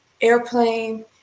airplane